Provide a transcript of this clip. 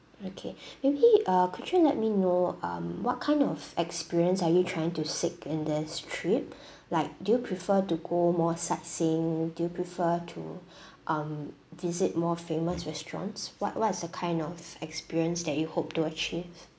okay maybe uh could you let me know um what kind of experience are you trying to seek in this trip like do you prefer to go more sightseeing do you prefer to um visit more famous restaurants what what is the kind of experience that you hope to achieve